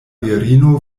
virino